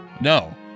no